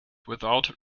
without